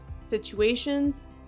situations